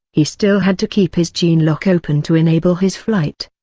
he still had to keep his gene lock open to enable his flight.